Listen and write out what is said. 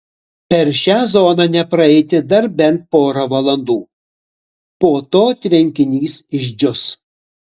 per šią zoną nepraeiti dar bent porą valandų po to tvenkinys išdžius